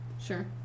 Sure